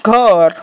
ઘર